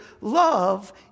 love